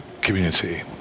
community